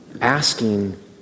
asking